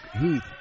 Heath